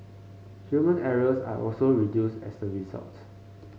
human errors are also reduced as a result